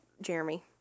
Jeremy